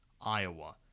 Iowa